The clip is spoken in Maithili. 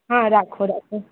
हँ राखू राखू